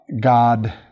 God